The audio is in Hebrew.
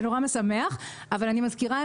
זה נורא משמח, אבל אני מזכירה